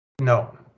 no